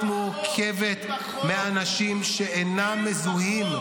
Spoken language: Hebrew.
הוועדה צריכה להיות מורכבת מאנשים שאינם מזוהים,